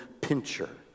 pincher